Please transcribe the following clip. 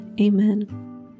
Amen